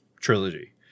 Trilogy